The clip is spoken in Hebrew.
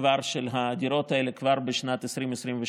של הדירות הללו כבר בשנת 2022,